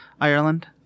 Ireland